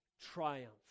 triumph